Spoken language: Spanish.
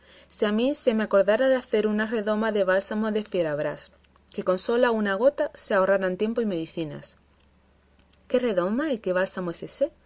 si a mí se me acordara de hacer una redoma del bálsamo de fierabrás que con sola una gota se ahorraran tiempo y medicinas qué redoma y qué bálsamo es